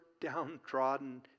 downtrodden